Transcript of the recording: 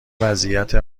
وضعیت